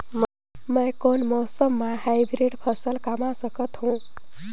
मै कोन मौसम म हाईब्रिड फसल कमा सकथव?